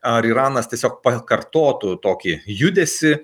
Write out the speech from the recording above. ar iranas tiesiog pakartotų tokį judesį